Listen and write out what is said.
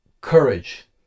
courage